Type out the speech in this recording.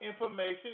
information